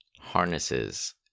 harnesses